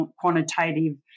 quantitative